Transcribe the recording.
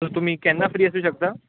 so तुमी केन्ना free आसूंक शकता